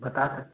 बता सक